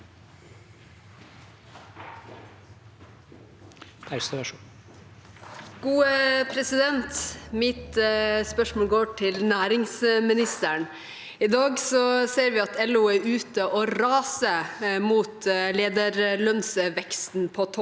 Mitt spørsmål går til næringsministeren. I dag ser vi at LO er ute og raser mot lederlønnsveksten på toppen